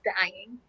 dying